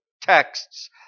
texts